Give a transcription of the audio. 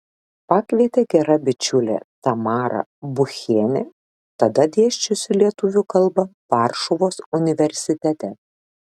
pakvietė gera bičiulė tamara buchienė tada dėsčiusi lietuvių kalbą varšuvos universitete